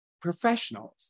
professionals